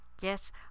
Yes